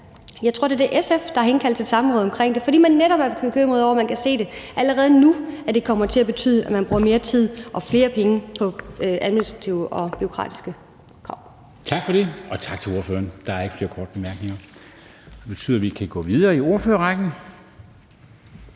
Jeg tror, det er SF, der har indkaldt til samråd omkring det, fordi man netop er bekymret over, at man allerede nu kan se, at det kommer til at betyde, at de bruger mere tid og flere penge på at opfylde administrative og bureaukratiske krav. Kl. 17:49 Formanden (Henrik Dam Kristensen): Tak for det, og tak til ordføreren. Der er ikke flere korte bemærkninger. Det betyder, at vi kan gå videre i ordførerrækken